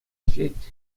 ӗҫлет